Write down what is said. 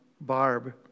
Barb